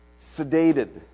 sedated